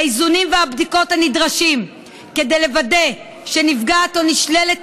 והאיזונים והבדיקות הנדרשים כדי לוודא שנפגעת או נשללת